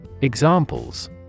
Examples